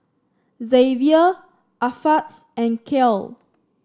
Xzavier Alpheus and Kyle